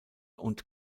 und